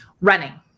Running